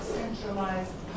centralized